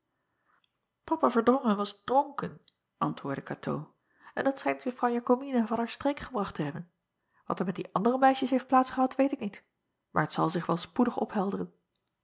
apa erdrongen was dronken antwoordde atoo en dat schijnt uffrouw akomina van haar streek gebracht te hebben wat er met die andere meisjes heeft plaats gehad weet ik niet maar t zal zich wel spoedig ophelderen